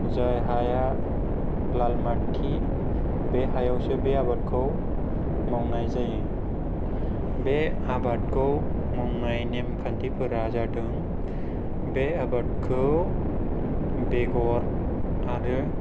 जाय हाया लालमाटि बे हायावसो बे आबादखौ मावनाय जायो बे आबादखौ मावनाय नेमखान्थिफोरा जादों बे आबादखौ बेगर आरो